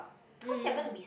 cause you're gonna be